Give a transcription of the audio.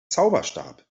zauberstab